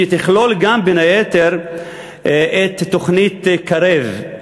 שתכלול גם בין היתר את תוכנית "קרב",